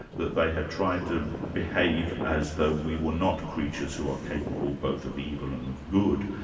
that they had tried to behave as though we were not creatures who are capable both of evil and of good,